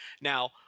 Now